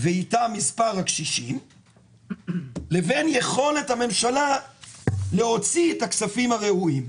ואתה מספר הקשישים לבין יכולת הממשלה להוציא את הכספים הראויים.